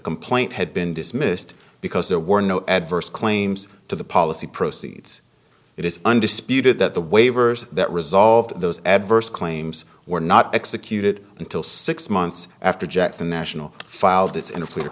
complaint had been dismissed because there were no adverse claims to the policy proceeds it is undisputed that the waivers that resolved those adverse claims were not executed until six months after jackson national filed i